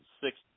six